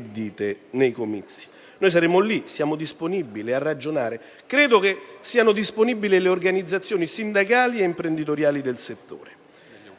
dite nei comizi. Noi saremo lì, siamo disponibili a ragionare, e credo che siano disponibili le organizzazioni sindacali ed imprenditoriali del settore e